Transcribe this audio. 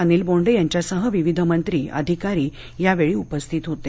अनिल बोंडे यांच्यासह विविध मंत्री अधिकारी यावेळी उपस्थित होते